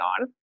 on